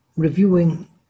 reviewing